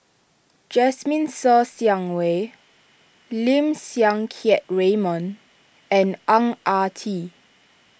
Jasmine Ser Xiang Wei Lim Siang Keat Raymond and Ang Ah Tee